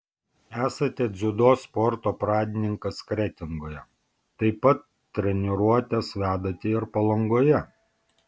esate dziudo sporto pradininkas kretingoje taip pat treniruotes vedate ir palangoje